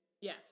yes